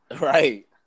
Right